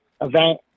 event